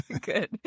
Good